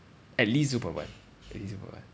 at least zero point one